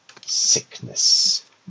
sickness